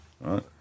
right